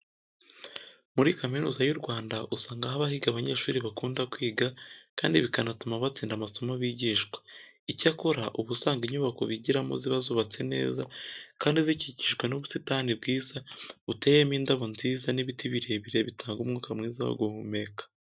Muri Kaminuza y'u Rwanda usanga haba higa abanyeshuri bakunda kwiga kandi bikanatuma batsinda amasomo bigishwa. Icyakora, uba usanga inyubako bigiramo ziba zubatse neza kandi zikikijwe n'ubusitani bwiza, buteyemo indabo nziza n'ibiti birebire bitanga umwuka mwiza wo guhumeka.